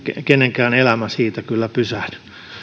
kenenkään elämä siitä kyllä pysähdy